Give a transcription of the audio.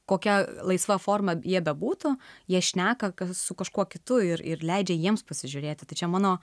kokia laisva forma jie bebūtų jie šneka kad su kažkuo kitu ir ir leidžia jiems pasižiūrėti tačiau mano